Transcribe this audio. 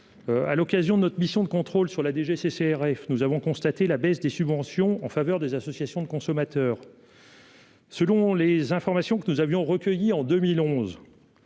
à l'occasion de notre mission de contrôle sur la DGCCRF, nous avons constaté la baisse des subventions en faveur des associations de consommateurs. Selon les informations que nous avions recueilli en 2011